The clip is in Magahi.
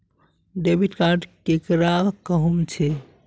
डेबिट कार्ड केकरा कहुम छे?